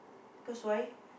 because why